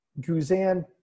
Guzan –